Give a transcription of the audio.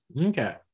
Okay